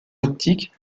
optiques